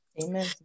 amen